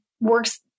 works